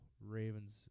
Ravens